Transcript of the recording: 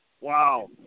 Wow